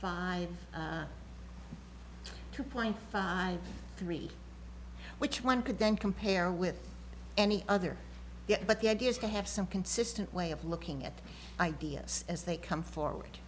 five two point five three which one could then compare with any other but the idea is to have some consistent way of looking at ideas as they come forward